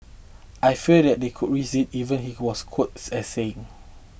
I fear that they could risk it even he was quoted as saying